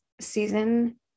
season